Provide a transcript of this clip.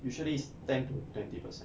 usually is ten to twenty percent